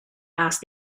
asked